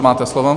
Máte slovo.